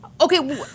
okay